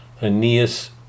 Aeneas